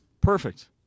Perfect